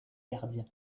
gardiens